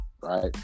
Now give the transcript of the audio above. right